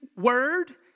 word